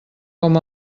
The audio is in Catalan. com